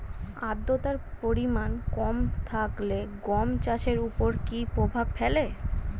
আদ্রতার পরিমাণ কম থাকলে গম চাষের ওপর কী প্রভাব ফেলে?